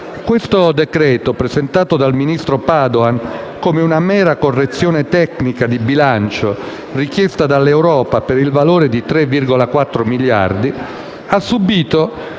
Questo decreto-legge, presentato dal ministro Padoan come una mera correzione tecnica di bilancio richiesta dall'Europa per il valore di 3,4 miliardi di euro,